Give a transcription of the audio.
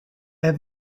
have